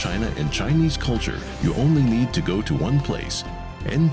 china in chinese culture you only need to go to one place and